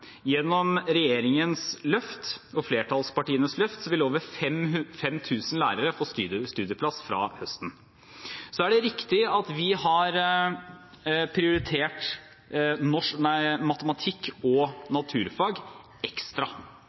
Gjennom regjeringens løft og flertallspartienes løft vil over 5 000 lærere få studieplass fra høsten. Så er det riktig at vi har prioritert matematikk og naturfag ekstra.